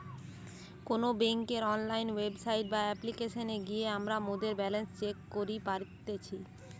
কোনো বেংকের online website বা অপ্লিকেশনে গিয়ে আমরা মোদের ব্যালান্স চেক করি পারতেছি